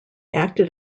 acted